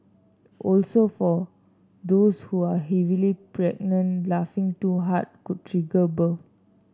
also for those who are heavily pregnant laughing too hard could trigger birth